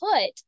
put